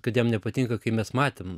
kad jam nepatinka kai mes matėm